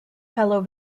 fellow